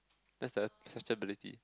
that's the special ability